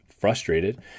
frustrated